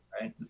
right